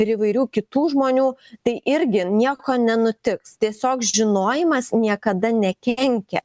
ir įvairių kitų žmonių tai irgi nieko nenutiks tiesiog žinojimas niekada nekenkia